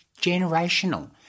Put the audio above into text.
generational